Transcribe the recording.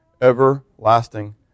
everlasting